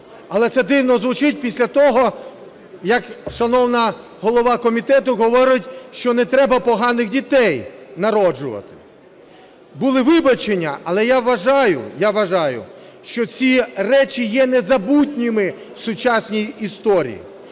Але це дивно звучить після того, як шановна голова комітету говорить, що не треба "поганих" дітей народжувати. Були вибачення, але я вважаю, що ці речі є незабутніми в сучасній історії.